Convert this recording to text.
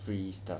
free stuff